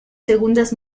segundas